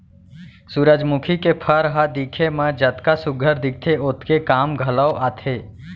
सुरूजमुखी के फर ह दिखे म जतका सुग्घर दिखथे ओतके काम घलौ आथे